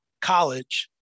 college